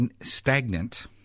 Stagnant